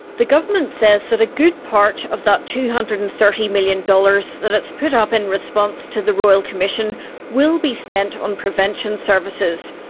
the government says that a good part of that two hundred and thirty million dollars that it's put up in response to the royal commission will be spent on prevention services.